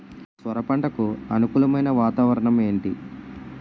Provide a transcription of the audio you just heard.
సొర పంటకు అనుకూలమైన వాతావరణం ఏంటి?